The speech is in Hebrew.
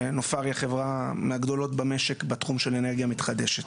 נופר היא החברה מהגדולות במשק בתחום של אנרגיה מתחדשת.